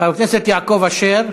חבר הכנסת יעקב אשר.